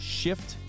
shift